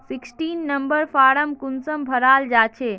Sixteen number form कुंसम भराल जाछे?